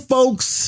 Folks